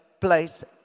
place